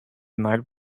night